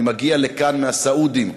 אני מגיע לכאן מהסעודים,